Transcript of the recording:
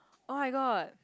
oh-my-god